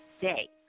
day